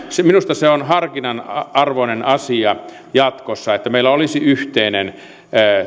minusta se on harkinnan arvoinen asia jatkossa että meillä olisi yhteinen